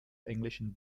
englischen